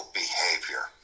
behavior